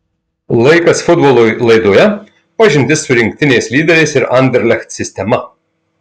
laikas futbolui laidoje pažintis su rinktinės lyderiais ir anderlecht sistema